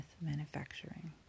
Manufacturing